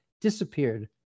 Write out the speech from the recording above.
disappeared